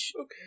Okay